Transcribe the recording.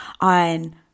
on